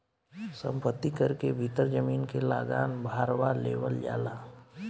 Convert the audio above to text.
संपत्ति कर के भीतर जमीन के लागान भारवा लेवल जाला